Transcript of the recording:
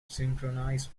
synchronize